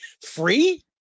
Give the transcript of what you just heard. free